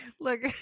Look